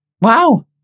Wow